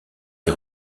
les